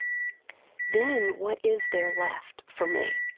then what is there left for me?